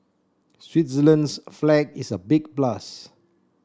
Switzerland's flag is a big plus